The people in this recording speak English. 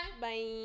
bye